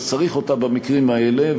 אז צריך אותן במקרים האלה.